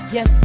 Yes